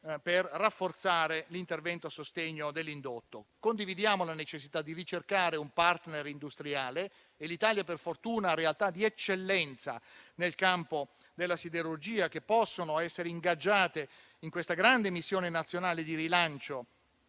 per rafforzare l'intervento a sostegno dell'indotto. Condividiamo la necessità di ricercare un *partner* industriale. L'Italia, per fortuna, ha realtà di eccellenza nel campo della siderurgia che possono essere ingaggiate in questa grande missione nazionale di rilancio